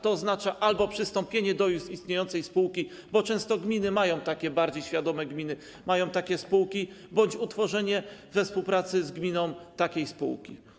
To oznacza albo przystąpienie do już istniejącej spółki, bo często gminy, takie bardziej świadome gminy, mają takie spółki, albo utworzenie we współpracy z gminą takiej spółki.